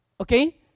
Okay